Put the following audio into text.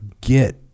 get